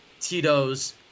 Tito's